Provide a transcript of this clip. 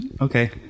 Okay